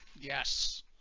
yes